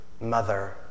mother